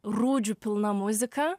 rūdžių pilna muzika